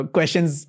Questions